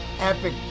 epic